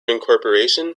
incorporation